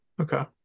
okay